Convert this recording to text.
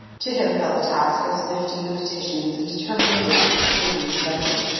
to him fell the task of sifting the petitions and determining which should be presented.